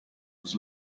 was